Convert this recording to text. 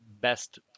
best